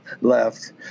left